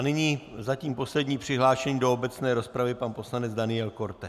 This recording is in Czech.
Nyní zatím poslední přihlášený do obecné rozpravy pan poslanec Daniel Korte.